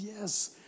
yes